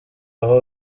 aho